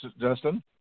Justin